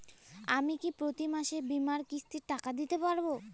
আমি কি প্রতি মাসে বীমার কিস্তির টাকা দিতে পারবো?